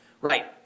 Right